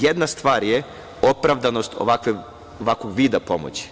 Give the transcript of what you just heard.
Jedna stvar je opravdanost ovakvog vida pomoći.